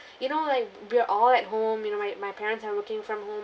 you know like we're all at home you know my my parents are working from home